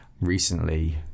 recently